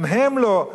גם הם לא,